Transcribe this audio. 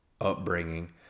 upbringing